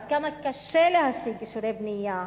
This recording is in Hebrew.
עד כמה קשה להשיג אישורי בנייה,